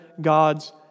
God's